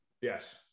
Yes